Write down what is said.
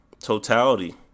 Totality